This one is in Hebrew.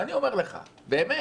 ואני אומר לך באמת.